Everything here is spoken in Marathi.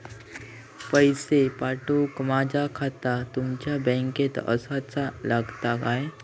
पैसे पाठुक माझा खाता तुमच्या बँकेत आसाचा लागताला काय?